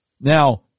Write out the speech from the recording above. Now